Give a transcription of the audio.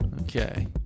okay